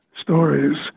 stories